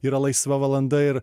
yra laisva valanda ir